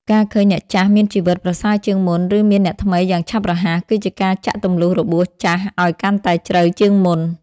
ការឃើញអ្នកចាស់មានជីវិតប្រសើរជាងមុន ឬមានអ្នកថ្មីយ៉ាងឆាប់រហ័ស គឺជាការចាក់ទម្លុះរបួសចាស់ឱ្យកាន់តែជ្រៅជាងមុន។